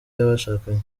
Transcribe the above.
y’abashakanye